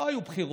לא היו בחירות,